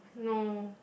no